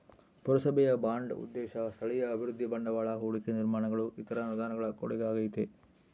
ಪುರಸಭೆಯ ಬಾಂಡ್ ಉದ್ದೇಶ ಸ್ಥಳೀಯ ಅಭಿವೃದ್ಧಿ ಬಂಡವಾಳ ಹೂಡಿಕೆ ನಿರ್ಮಾಣಗಳು ಇತರ ಅನುದಾನಗಳ ಕೊಡುಗೆಯಾಗೈತೆ